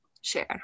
share